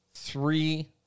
Three